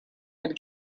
would